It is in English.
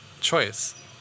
choice